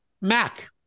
Mac